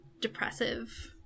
depressive